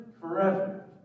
forever